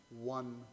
one